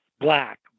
Black